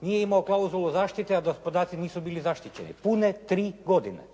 nije imao klauzulu zaštite, a da podaci nisu bili zaštićeni. Pune tri godine.